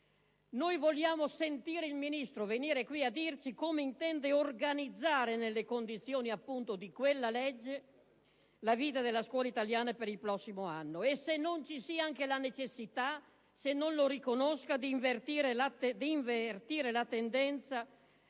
Noi vogliamo che il Ministro venga a dirci come intende organizzare, nelle condizioni poste appunto da quella legge, la vita della scuola italiana per il prossimo anno e se non ci sia anche la necessità, se non la riconosca, di invertire la tendenza